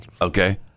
Okay